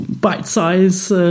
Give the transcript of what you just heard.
bite-sized